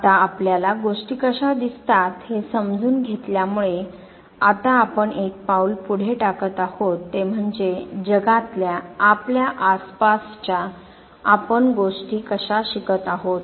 आता आपल्याला गोष्टी कशा दिसतात हे समजून घेतल्यामुळे आता आपण एक पाऊल पुढे टाकत आहोत ते म्हणजे जगातल्या आपल्या आसपासच्या आपण गोष्टी कशा शिकत आहोत